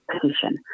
position